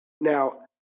now